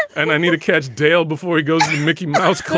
and i need to catch dale before he goes. mickey mouse